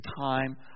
time